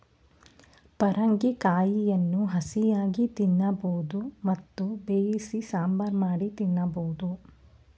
ಪರಂಗಿ ಕಾಯಿಯನ್ನು ಹಸಿಯಾಗಿ ತಿನ್ನಬೋದು ಮತ್ತು ಬೇಯಿಸಿ ಸಾಂಬಾರ್ ಮಾಡಿ ತಿನ್ನಬೋದು